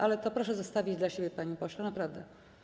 Ale to proszę zostawić dla siebie, panie pośle, naprawdę.